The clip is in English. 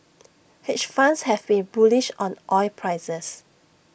hedge funds have been bullish on oil prices